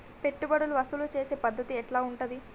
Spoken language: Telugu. పెట్టుబడులు వసూలు చేసే పద్ధతి ఎట్లా ఉంటది?